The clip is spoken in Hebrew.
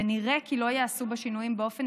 ונראה כי לא ייעשו בה שינויים באופן